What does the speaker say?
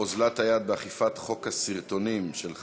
אוזלת היד באכיפת "חוק הסרטונים" מס' 5871,